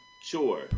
sure